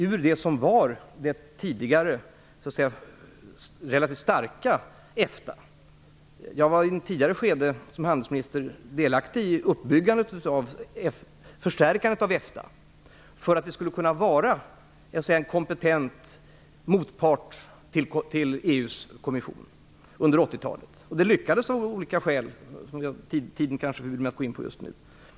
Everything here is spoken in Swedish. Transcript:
Jag var i ett tidigare skede som handelsminister delaktig i förstärkandet av EFTA i syfte att göra det till en kompetent motpart till EU:s kommission. Det lyckades av olika skäl, som tiden förbjuder mig att gå in på just nu.